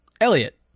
Elliot